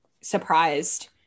surprised